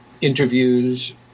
interviews